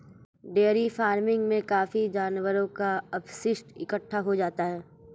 dairy farming में काफी जानवरों का अपशिष्ट इकट्ठा हो जाता है